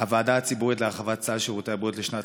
הוועדה הציבורית להרחבת סל שירותי הבריאות לשנת